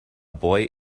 boy